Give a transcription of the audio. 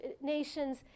nations